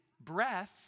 breath